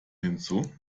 hinzu